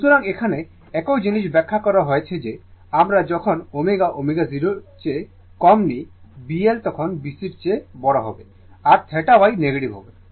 সুতরাং এখানে একই জিনিস ব্যাখ্যা করা হয় যে আমরা যখন ω ω0 এর চেয়ে কম নেই B L তখন B C এর চেয়ে বড় হবে আর θ Y নেগেটিভ হবে